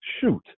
Shoot